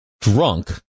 drunk